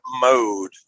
mode